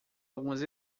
algumas